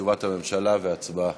תשובת הממשלה והצבעה.